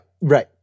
Right